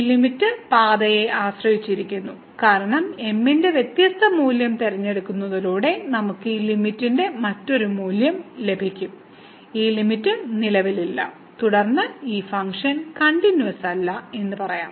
ഈ ലിമിറ്റ് പാതയെ ആശ്രയിച്ചിരിക്കുന്നു കാരണം m ന്റെ വ്യത്യസ്ത മൂല്യം തിരഞ്ഞെടുക്കുന്നതിലൂടെ നമുക്ക് ഈ ലിമിറ്റിന്റെ മറ്റൊരു മൂല്യം ലഭിക്കും ഈ ലിമിറ്റ് നിലവിലില്ല തുടർന്ന് ഈ ഫംഗ്ഷൻ കണ്ടിന്യൂവസല്ലെന്ന് പറയാം